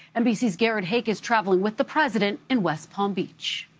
nbc's garrett haake is traveling with the president in west palm beach.